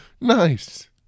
nice